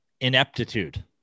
ineptitude